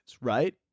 right